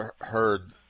heard